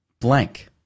blank